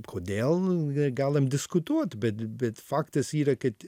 kodėl galim diskutuot bet bet faktas yra kad